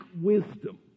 wisdom